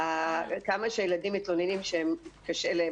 כמה שהילדים מתלוננים שקשה להם,